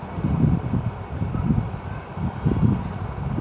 Post harvesting లో కూరగాయలు పండ్ల తోటలు ఎట్లా పనిచేత్తనయ్?